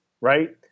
right